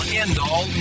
end-all